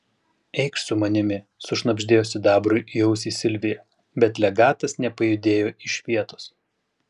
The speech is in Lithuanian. eikš su manimi sušnabždėjo sidabrui į ausį silvija bet legatas nepajudėjo iš vietos